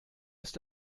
ist